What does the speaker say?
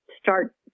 start